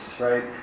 right